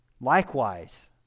likewise